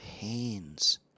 hands